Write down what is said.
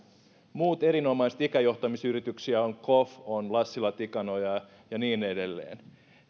muita erinomaisia ikäjohtamisyrityksiä ovat koff lassila tikanoja ja niin edelleen